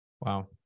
Wow